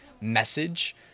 message